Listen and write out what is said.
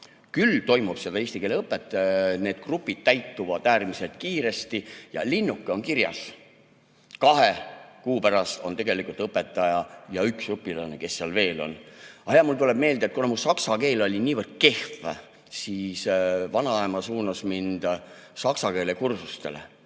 Küll toimub see, et eesti keele õppe grupid täituvad äärmiselt kiiresti. Ja linnuke on kirjas. Kahe kuu pärast on tegelikult õpetaja ja üks õpilane, kes seal veel on. Mul tuleb meelde, et kuna mu saksa keel oli niivõrd kehv, siis vanaema suunas mind saksa keele kursustele.